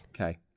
Okay